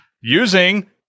Using